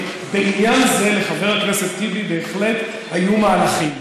בעניין זה לחבר הכנסת טיבי בהחלט היו מהלכים.